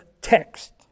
text